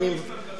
אמרו לי